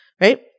right